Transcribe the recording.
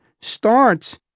starts